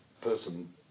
person